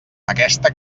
aquesta